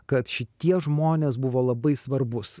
kad šitie žmonės buvo labai svarbus